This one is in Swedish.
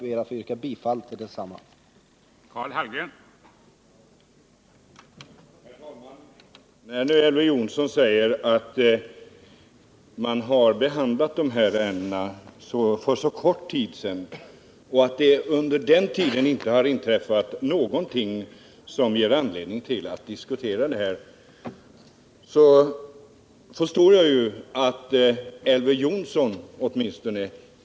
Jag ber att få yrka bifall till utskottets hemställan.